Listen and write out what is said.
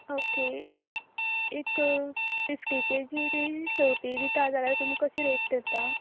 okay एक fifty KG बी शेवतीं दिता जाल्यार तुमी कशी रेट धरता